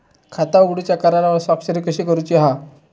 खाता उघडूच्या करारावर स्वाक्षरी कशी करूची हा?